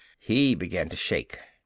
he began to shake.